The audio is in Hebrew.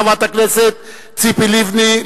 חברת הכנסת ציפי לבני,